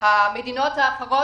המדינות האחרות,